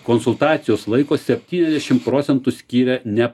konsultacijos laiko septyniasdešim procentų skiria ne